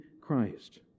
Christ